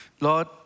Lord